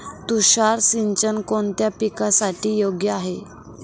तुषार सिंचन कोणत्या पिकासाठी योग्य आहे?